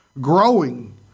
growing